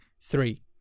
three